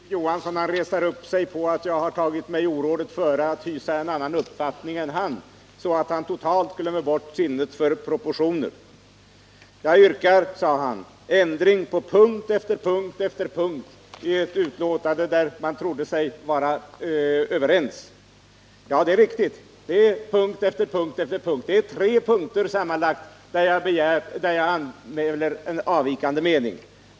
Herr talman! Filip Johansson retar så upp sig på att jag tagit mig orådet före att hysa en annan uppfattning än han, att han totalt tappar sinnet för proportioner. Han påstår att jag yrkar ändring på punkt efter punkt efter punkt i ett utlåtande där man trodde sig vara överens. Ja, det är riktigt, det är punkt efter punkt efter punkt. Det är på tre punkter sammanlagt där jag anmäler avvikande mening.